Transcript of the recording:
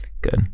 Good